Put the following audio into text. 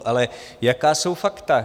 Ale jaká jsou fakta?